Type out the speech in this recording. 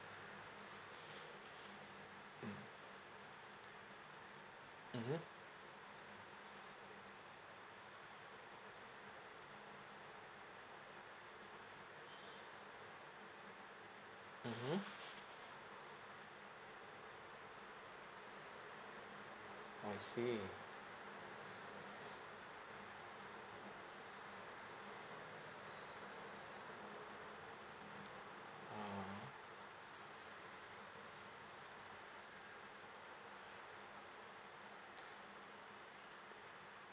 mm mmhmm mmhmm I see ah